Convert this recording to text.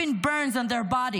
leaving burns on their bodies.